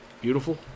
Beautiful